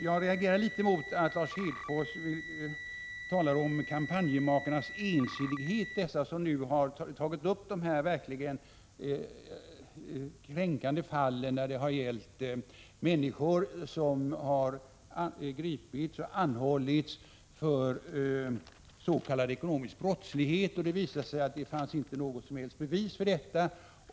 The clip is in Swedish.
Jag reagerade litet mot att Lars Hedfors talade om kampanjmakarnas ensidighet. Det gäller dem som har tagit upp de verkligt kränkande fall där människor har gripits och anhållits för s.k. ekonomisk brottslighet och det senare har visat sig att det inte fanns några som helst bevis för detta.